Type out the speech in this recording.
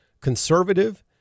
conservative